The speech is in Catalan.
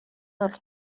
dels